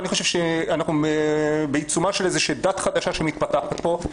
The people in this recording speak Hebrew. אני חושב שאנחנו בעיצומה של איזושהי דת חדשה שמתפתחת פה,